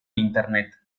internet